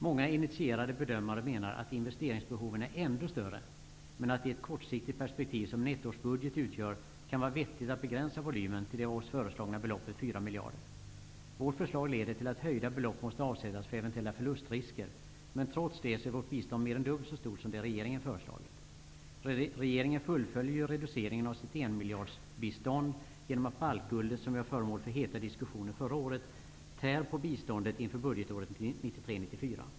Många initierade bedömare menar att investeringsbehoven är ännu större men att det i ett kortsiktigt perspektiv som en ettårsbudget utgör kan vara vettigt att begränsa volymen till det av oss föreslagna beloppet 4 miljarder kronor. Vårt förslag leder till att höjda belopp måste avsättas för eventuella förlustrisker. Men trots det är vårt bistånd mer än dubbelt så stort som det som regeringen har föreslagit. Regeringen fullföljer reduceringen av sitt bistånd på 1 miljard kronor genom att baltguldet, som ju var föremål för heta diskussioner förra året, tär på biståndet inför budgetåret 1993/94.